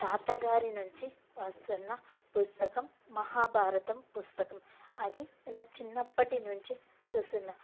తాతగారి నుంచి వస్తున్న పుస్తకం మహాభారతం పుస్తకం అది నా చిన్నప్పటి నుంచి చూస్తున్నాను